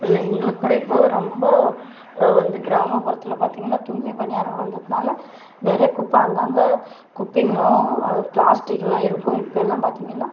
இன்ன எங்களுக்கு கூட இப்போது ரொம்ப வந்து கிராமப்புறத்தில் பார்த்தீங்கள்னா தூய்மைப் பணியாளர் வந்ததனால நிறைய குப்பை அங்கங்கே குப்பைங்களும் ப்ளாஸ்ட்டிக்கெலாம் இருக்கும் இப்போல்லாம் பார்த்தீங்கள்னா